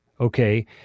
okay